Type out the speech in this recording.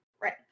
Right